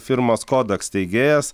firmos kodak steigėjas